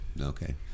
Okay